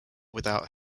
without